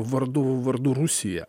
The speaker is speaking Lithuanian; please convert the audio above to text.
vardu vardu rusija